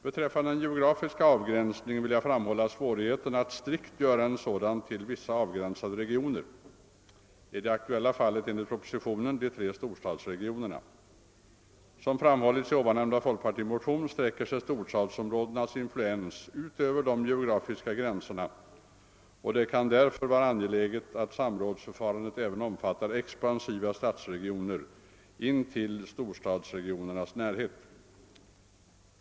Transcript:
Beträffande den geografiska avgränsningen vill jag framhålla svårigheten ait strikt göra en sådan till vissa avgrän sade regioner — i det aktuella fallet enligt propositionen de tre storstadsregionerna. Som framhållits i ovannämnda folkpartimotion sträcker sig storstadsområdenas influens utöver den geografiska gränsen, och det kan därför vara angeläget att samrådsförfarandet även omfattar expansiva stadsregioner i storstadsregionernas närhet.